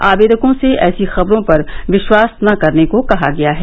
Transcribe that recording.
आवेदकों से ऐसी खबरों पर विश्वास न करने को कहा गया है